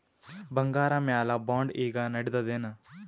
ಬಂಗಾರ ಮ್ಯಾಲ ಬಾಂಡ್ ಈಗ ನಡದದೇನು?